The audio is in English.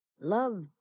love